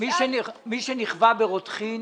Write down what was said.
מי שנכווה ברותחין,